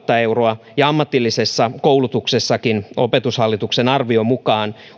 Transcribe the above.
euroa ja ammatillisessa koulutuksessakin opetushallituksen arvion mukaan